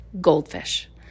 goldfish